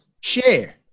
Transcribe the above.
share